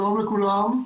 שלום לכולם,